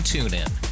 TuneIn